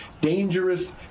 dangerous